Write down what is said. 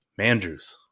Mandrews